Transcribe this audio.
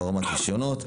לא רמת רישיונות.